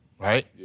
Right